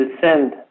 descend